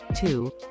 two